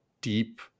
deep